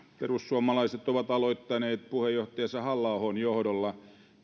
perussuomalaiset ovat aloittaneet puheenjohtajansa halla ahon johdolla